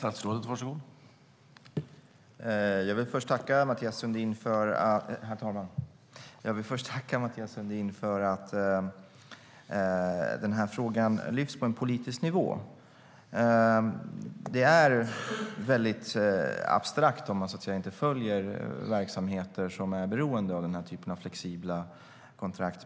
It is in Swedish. Herr talman! Jag vill först tacka Mathias Sundin för att frågan lyfts på en politisk nivå. Det hela är abstrakt om man inte följer verksamheter som är beroende av denna typ av flexibla kontrakt.